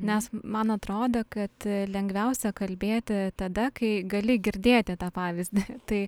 nes man atrodo kad lengviausia kalbėti tada kai gali girdėti tą pavyzdį tai